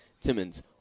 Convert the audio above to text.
Timmons